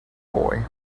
boy